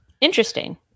Interesting